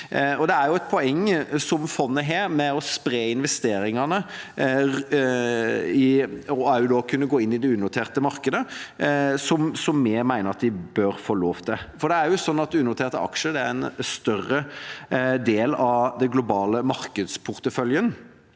risiko. Et poeng med fondet er å spre investeringene – og da også å kunne gå inn i det unoterte markedet, noe vi mener de bør få lov til, for det er jo slik at unoterte aksjer er en større del av den globale markedsporteføljen.